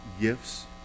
gifts